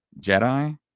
Jedi